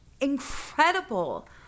incredible